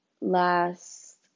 last